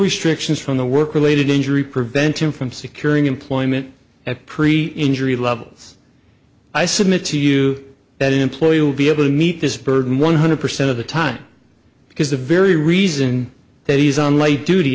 restrictions from the work related injury prevent him from securing employment at pre injury levels i submit to you that an employee will be able to meet this burden one hundred percent of the time because the very reason that he's on light duty